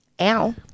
Ow